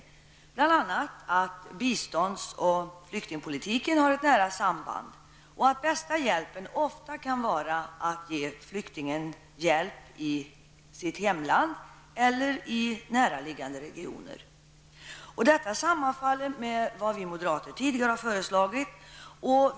Det gäller bl.a. att bistånds och flyktingpolitiken har ett nära samband och att den bästa hjälpen ofta kan vara att ge flyktingen hjälp i sitt hemland eller i näraliggande regioner. Detta sammanfaller med vad vi moderater tidigare har föreslagit.